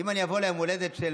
אם אני אבוא ליום הולדת של